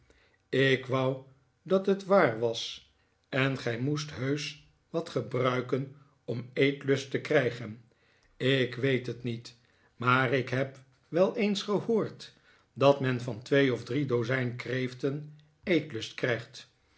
ik wou dat het waar was en gij moest heusch wat gebruiken om eetlust te krijgen ik weet het niet maar ik heb wel eens gehoord dat men van twee of drie dozijn kreeften eetlust krijgt